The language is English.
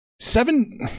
seven